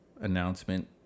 announcement